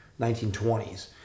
1920s